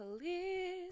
Please